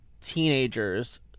teenagers